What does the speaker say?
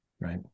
right